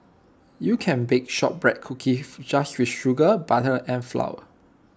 you can bake Shortbread Cookies just with sugar butter and flour